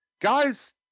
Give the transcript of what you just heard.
Guys